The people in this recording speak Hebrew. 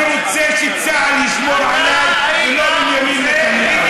אני רוצה שצה"ל ישמור עליי ולא ביבי נתניהו.